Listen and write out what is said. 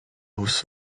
aufs